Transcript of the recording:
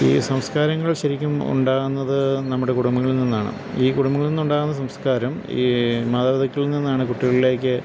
ഈ സംസ്കാരങ്ങൾ ശരിക്കും ഉണ്ടാകുന്നത് നമ്മുടെ കുടുംബങ്ങളിൽ നിന്നാണ് ഈ കുടുംബങ്ങളിൽ നിന്നുണ്ടാകുന്ന സംസ്കാരം ഈ മാതാപിതാക്കളിൽ നിന്നാണു കുട്ടികളിലേക്ക്